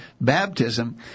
baptism